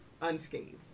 unscathed